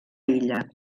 illa